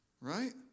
Right